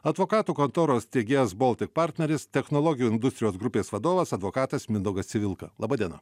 advokatų kontoros steigėjas boltik partneris technologijų industrijos grupės vadovas advokatas mindaugas civilka laba diena